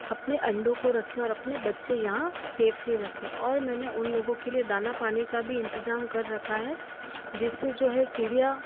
अपने अंडों को रखें और अपने बच्चे यहाँ सेफ्ली रखें और मैंने उन लोगों के लिए दाना पानी का भी इंतजाम कर रखा है जिससे जो है चिड़िया